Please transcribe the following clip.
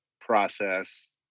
process